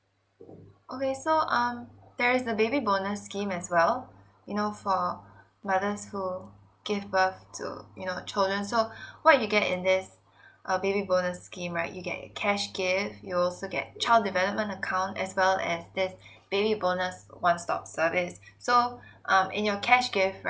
oh okay so um there is a baby bonus scheme as well you know for mothers who give birth to you know children so what you get in this uh baby bonus scheme right you get a cash gift you also get child development account as well as this baby bonus one stops service so um in your cash gift